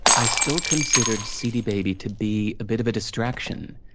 i still considered cdbaby to be a bit of a distraction.